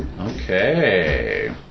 Okay